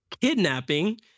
kidnapping